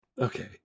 Okay